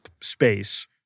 space